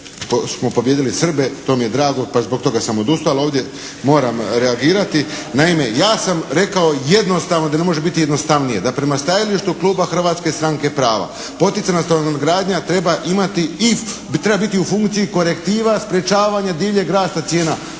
smo pobijedili Srbe to mi je drago pa zbog toga sam odustao. Ali ovdje moram reagirati. Naime ja sam rekao jednostavno da ne može biti jednostavnije da prema stajalištu Kluba Hrvatske stranke prava poticajna stanogradnja treba imati i da treba biti u funkciji korektiva sprečavanja divljeg rasta cijena.